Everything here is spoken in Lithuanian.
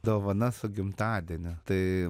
dovana su gimtadieniu tai